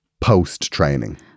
post-training